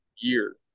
year